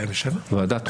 ועדת חוקה,